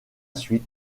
suite